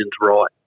right